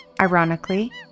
Ironically